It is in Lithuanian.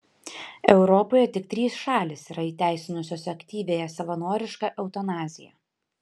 europoje tik trys šalys yra įteisinusios aktyviąją savanorišką eutanaziją